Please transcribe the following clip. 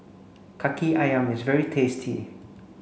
Kaki Ayam is very tasty